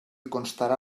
constarà